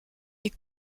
est